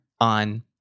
on